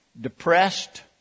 depressed